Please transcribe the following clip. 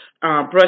brush